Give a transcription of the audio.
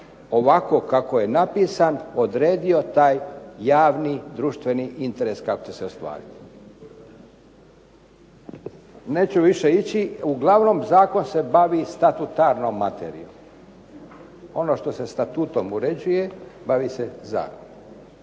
ovako kako je napisan odredio taj javni društveni interes kako će se ostvariti. Neću više ići, uglavnom zakon se bavi statutarnom materijom. Ono što se statutom uređuje, bavi se zakon.